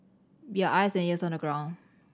be our eyes and ears on the ground